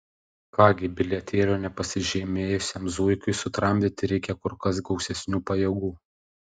ką gi bilietėlio nepasižymėjusiam zuikiui sutramdyti reikia kur kas gausesnių pajėgų